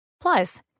Plus